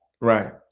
Right